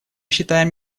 считает